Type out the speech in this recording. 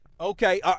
Okay